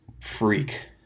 freak